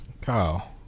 Kyle